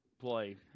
play